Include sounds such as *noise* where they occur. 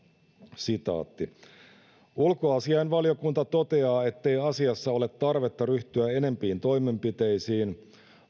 *unintelligible* *unintelligible* *unintelligible* *unintelligible* *unintelligible* *unintelligible* *unintelligible* *unintelligible* *unintelligible* ulkoasiainvaliokunta toteaa ettei asiassa ole tarvetta ryhtyä enempiin toimenpiteisiin